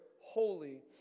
holy